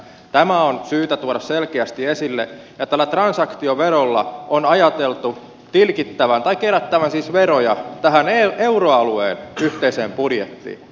tämä on syytä tuoda selkeästi esille ja tällä transaktioverolla on ajateltu kerättävän siis veroja tähän euroalueen yhteiseen budjettiin